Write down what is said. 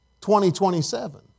2027